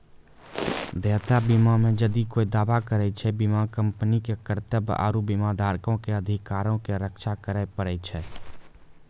देयता बीमा मे जदि कोय दावा करै छै, बीमा कंपनी के कर्तव्य आरु बीमाधारको के अधिकारो के रक्षा करै पड़ै छै